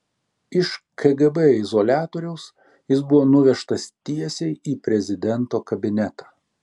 iš kgb izoliatoriaus jis buvo nuvežtas tiesiai į prezidento kabinetą